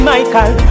Michael